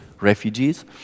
refugees